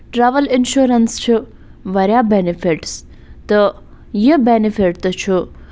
travel insurance چھِ واریاہ benefits تہٕ یہِ بٮ۪نِفِٹ تہِ چھُ